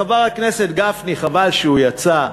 חבר הכנסת גפני, חבל שהוא יצא.